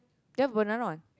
ya banana one